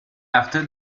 after